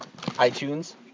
iTunes